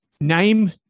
name